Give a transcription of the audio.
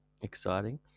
Exciting